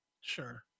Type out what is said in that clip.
Sure